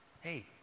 Hey